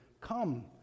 come